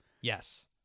Yes